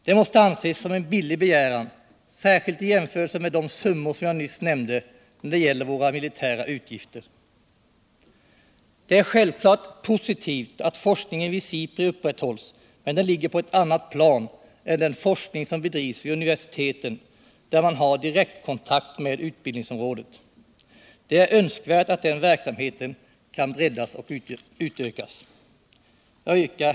Det måste anses som en billig begäran, särskilt i jämförelse med de summor jag nyss nämnde när det gäller våra militära utgifter. Det är självklart positivt att forskningen vid SIPRI upprätthålls. men den ligger på eu annat plan än den forskning som bedrivs vid universiteten, där man har direktkontakt med utbildningsområdet. Det är önskvärt utt den verksamheten kan breddas och utökas. Herr talman!